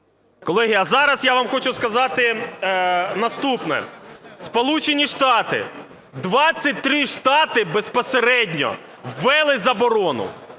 Колеги, а зараз я вам хочу сказати наступне: Сполучені Штати, 23 штати безпосередньо, ввели заборону.